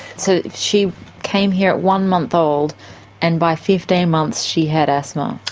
so she came here at one month old and by fifteen months she had asthma.